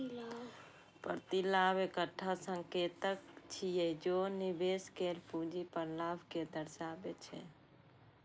प्रतिलाभ एकटा संकेतक छियै, जे निवेश कैल पूंजी पर लाभ कें दर्शाबै छै